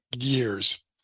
years